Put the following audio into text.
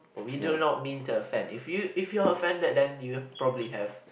but we do not mean to offend if you if you're offended then you probably have